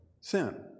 sin